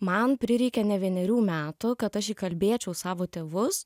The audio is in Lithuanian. man prireikė ne vienerių metų kad aš įkalbėčiau savo tėvus